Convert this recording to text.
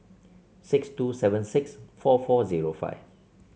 six two seven six four four zero five